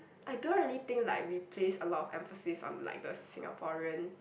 I don't really think like we place a lot of emphasis on like the Singaporean